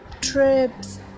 trips